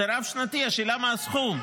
זה רב-שנתי, השאלה היא מה הסכום.